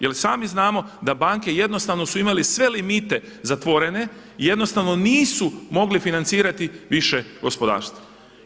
Jer i sami znamo da banke jednostavno su imali sve limite zatvorene, jednostavno nisu mogli financirati više gospodarstvo.